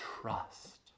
trust